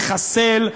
לחסל,